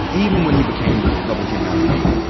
even when he became the republican nominee.